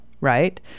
right